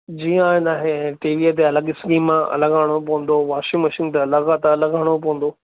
जीअं हाणे तव्हांखे टीवीअ ते अलॻि स्कीम आहे अलॻि हणणो पवंदो वॉशिंग मशीन ते अलॻि आहे त अलॻि हणणो पवंदो